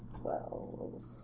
twelve